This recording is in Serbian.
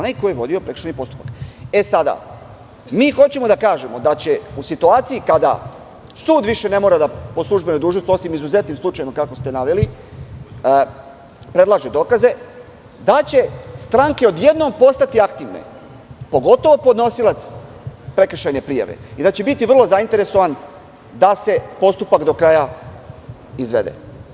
Sada mi hoćemo da kažemo da će u situaciji kada sud više ne mora da po službenoj dužnosti, osim u izuzetnim slučajevima kako ste naveli, predlaže dokaze, da će stranke odjednom postati aktivne, pogotovo podnosilac prekršajne prijave i da će biti vrlo zainteresovan da se postupak do kraja izvede.